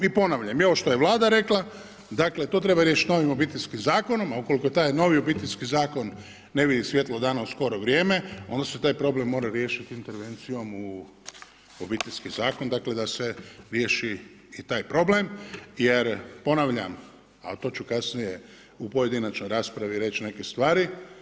I ponavljam i ovo što je Vlada rekla, dakle to treba riješit novim Obiteljskim zakonom, a ukoliko taj novi obiteljski zakon ne vidi svjetlo dana u skoro vrijeme, onda se taj problem mora riješiti intervencijom u Obiteljski zakon, dakle da se riješi i taj problem jer, ponavljam, al to ću kasnije u pojedinačnoj raspravi reći neke stvari.